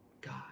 God